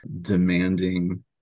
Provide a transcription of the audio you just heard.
demanding